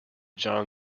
john